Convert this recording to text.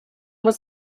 was